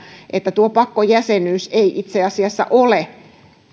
että tuo pakkojäsenyys ei itse asiassa ole